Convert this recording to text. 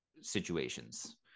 situations